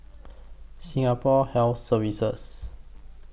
Singapore Health Services